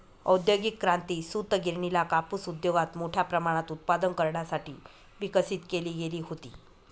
औद्योगिक क्रांती, सूतगिरणीला कापूस उद्योगात मोठ्या प्रमाणात उत्पादन करण्यासाठी विकसित केली गेली होती